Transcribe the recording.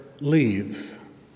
leaves